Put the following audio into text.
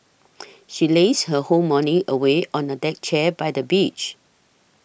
she lazed her whole morning away on a deck chair by the beach